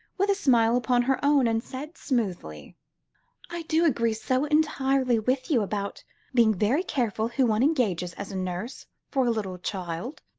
with a smile upon her own, and said smoothly i do agree so entirely with you about being very careful who one engages as a nurse for a little child.